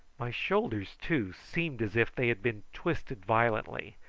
my shoulders, too, seemed as if they had been twisted violently,